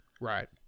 Right